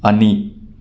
ꯑꯅꯤ